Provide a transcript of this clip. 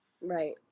Right